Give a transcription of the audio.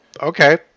Okay